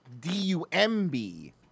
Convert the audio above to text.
D-U-M-B